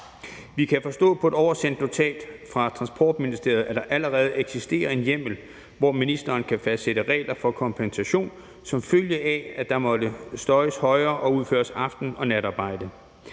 Vi kan forstå på et oversendt notat fra Transportministeriet, at der allerede eksisterer en hjemmel, hvor ministeren kan fastsætte regler for kompensation, som følge af at der måtte støjes højere og udføres aften- og natarbejde.